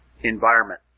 environment